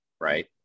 right